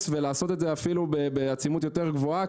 ולעשות את זה אפילו בעצימות יותר גבוהה,